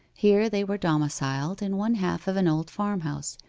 here they were domiciled in one half of an old farmhouse,